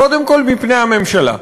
קודם כול מפני הממשלה.